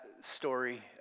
story